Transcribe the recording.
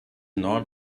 non